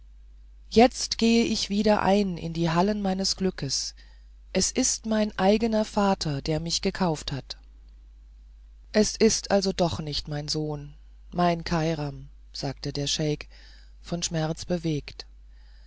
jetzt gehe ich wieder ein in die hallen meines glückes es ist mein eigener vater der mich gekauft hat es ist also doch nicht mein sohn mein kairam sagte der scheik von schmerz bewegt